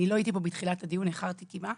אני לא הייתי פה בתחילת הדיון כי איחרתי קמעה,